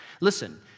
Listen